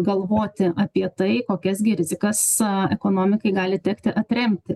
galvoti apie tai kokias gi rizikas aaa ekonomikai gali tekti atremti